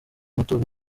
matora